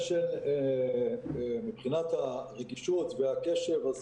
מבחינת הנגישות והקשר,